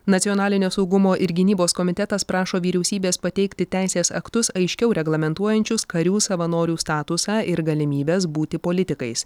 nacionalinio saugumo ir gynybos komitetas prašo vyriausybės pateikti teisės aktus aiškiau reglamentuojančius karių savanorių statusą ir galimybes būti politikais